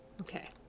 Okay